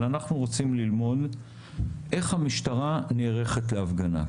אנחנו רוצים ללמוד איך המשטרה נערכת להפגנה.